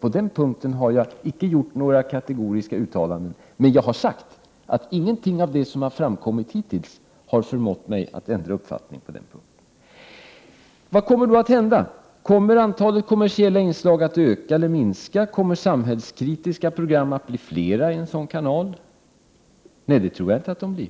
På den punkten har jag inte gjort några kategoriska uttalanden, men jag har sagt att ingenting av det som har framkommit hittills har förmått mig att ändra uppfattning. Vad kommer då att hända? Kommer antalet kommersiella inslag att öka eller minska? Kommer de samhällskritiska programmen att bli flera i en sådan kanal? Nej, det tror jag inte.